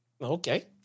Okay